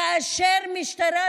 כאשר המשטרה,